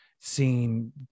seeing